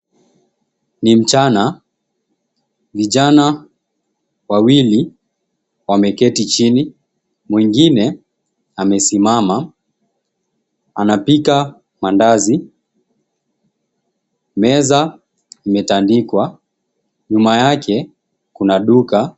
Ni mchana, vijana wawili wameketi chini, mwingine amesimama anapika maandazi. Meza imetandikwa, nyuma yake kuna duka.